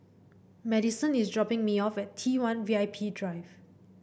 Madisen is dropping me off at T one V I P Drive